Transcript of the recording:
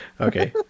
okay